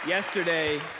Yesterday